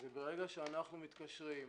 ברגע שאנחנו מתקשרים,